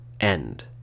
end